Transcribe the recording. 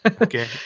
Okay